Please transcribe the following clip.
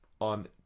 on